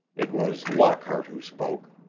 it was lockhart who spoke.